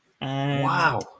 Wow